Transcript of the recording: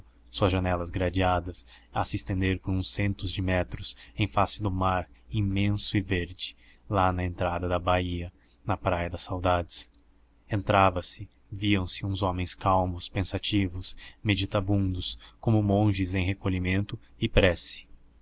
suas janelas gradeadas a se estender por uns centos de metros em face do mar imenso e verde lá na entrada da baía na praia das saudades entrava se viam-se uns homens calmos pensativos meditabundos como monges em recolhimento e prece